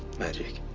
magic.